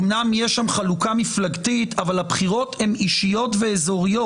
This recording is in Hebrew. אמנם יש שם חלוקה מפלגתית אבל הבחירות הן אישיות ואזוריות.